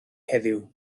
heddiw